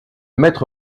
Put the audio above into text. maître